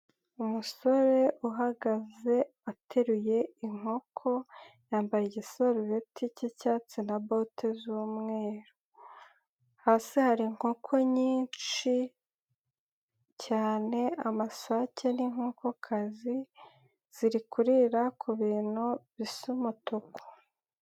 Umusore uhagaze ateruye inkoko yambaye igisarubeti cy'icyatsi na bote z'umweru, hasi hari inkoko nyinshi cyane amasake n'inkokokazi ziri kurira ku bintu bisa umutuku.